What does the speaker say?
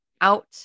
out